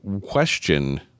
question